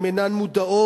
הן אינן מודעות,